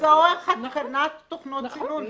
לצורך התקנת תוכנות סינון, צריך להגדיר את זה.